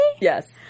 Yes